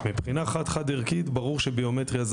מבחינה חד-חד ערכית ברור שביומטריה זה